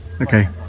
Okay